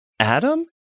Adam